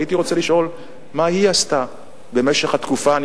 הייתי רוצה לשאול מה היא עשתה במשך התקופה.